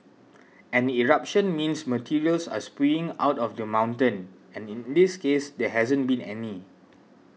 an eruption means materials are spewing out of the mountain and in this case there hasn't been any